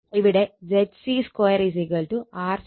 ഇവിടെ ZC 2 RC2 XC2 എന്നാണ്